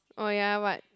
oh ya [what]